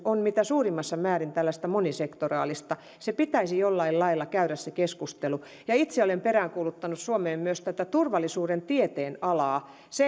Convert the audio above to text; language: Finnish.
on mitä suurimmassa määrin monisektoraalista pitäisi jollain lailla käydä se keskustelu itse olen peräänkuuluttanut suomeen myös tätä turvallisuuden tieteenalaa